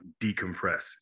decompress